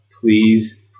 Please